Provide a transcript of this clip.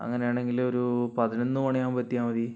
അങ്ങനെയാണെങ്കില് ഒരു പതിനൊന്ന് മണിയാകുമ്പോൾ എത്തിയാൽ മതി